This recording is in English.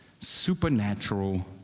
supernatural